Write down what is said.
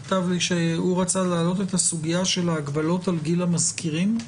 והוא רצה להעלות את הסוגיה של ההגבלות על גיל המזכירים.